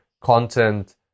content